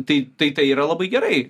tai tai tai yra labai gerai